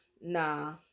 Nah